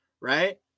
Right